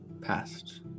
past